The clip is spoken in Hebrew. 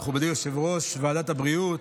מכובדי יושב-ראש ועדת הבריאות,